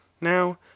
now